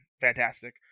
fantastic